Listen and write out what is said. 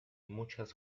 muchas